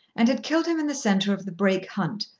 and had killed him in the centre of the brake hunt,